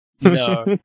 No